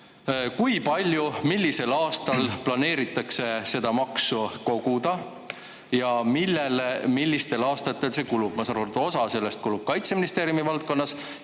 Kui palju millisel aastal planeeritakse seda maksu koguda ja millele see millisel aastal kulub? Ma saan aru, et osa sellest kulub Kaitseministeeriumi valdkonnas